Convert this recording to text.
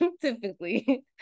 Typically